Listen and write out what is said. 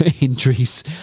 injuries